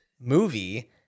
movie